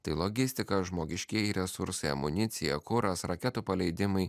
tai logistika žmogiškieji resursai amunicija kuras raketų paleidimai